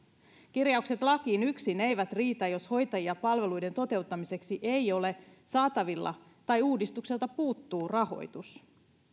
kirjaukset lakiin eivät yksin riitä jos hoitajia palveluiden toteuttamiseksi ei ole saatavilla tai uudistukselta puuttuu rahoitus